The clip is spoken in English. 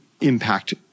impact